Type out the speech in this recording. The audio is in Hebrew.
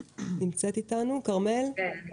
שלום.